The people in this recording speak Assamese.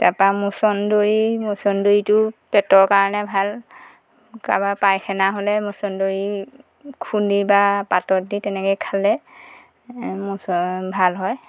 তাৰপৰা মছন্দৰী মছন্দৰীটো পেটৰ কাৰণে ভাল কাবাৰ পায়খানা হ'লে মছন্দৰী খুন্দি বা পাতত দি তেনেকৈ খালে ভাল হয়